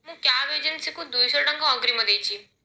ମୁଁ କ୍ୟାବ୍ ଏଜେନ୍ସିକୁ ଦୁଇଶହ ଟଙ୍କା ଅଗ୍ରୀମ ଦେଇଛି